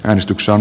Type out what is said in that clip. äänestyksen